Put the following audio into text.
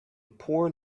poor